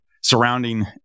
surrounding